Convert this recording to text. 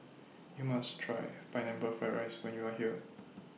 YOU must Try Pineapple Fried Rice when YOU Are here